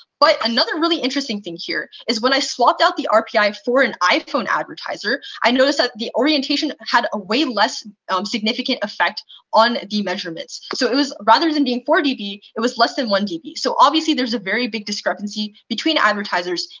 but another really interesting thing here is when i swapped out the rpi for an iphone advertiser, i noticed that the orientation had a way less significant effect on the measurements. so it was rather than being four db, it was less than one db. so obviously, there's a very big discrepancy between advertisers,